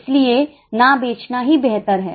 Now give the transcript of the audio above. इसलिए ना बेचना ही बेहतर है